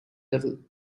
level